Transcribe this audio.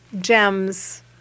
gems